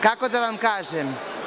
Kako da vam kažem?